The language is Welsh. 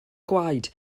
gwaed